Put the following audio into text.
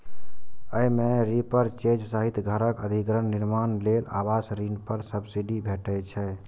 अय मे रीपरचेज सहित घरक अधिग्रहण, निर्माण लेल आवास ऋण पर सब्सिडी भेटै छै